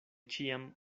ĉiam